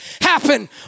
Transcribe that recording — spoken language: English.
happen